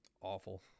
awful